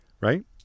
right